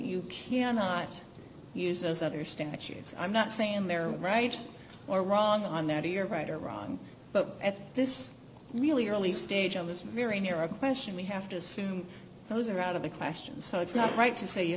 you cannot use those other statutes i'm not saying they're right or wrong on that or your pride are wrong but at this really early stage of this very near a question we have to assume those are out of the questions so it's not right to say you